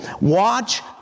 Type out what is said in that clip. Watch